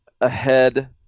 ahead